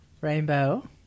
Rainbow